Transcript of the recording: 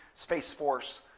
space force,